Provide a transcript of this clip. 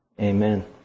Amen